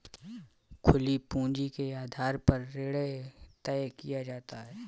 खुली पूंजी के आधार पर ऋण तय किया जाता है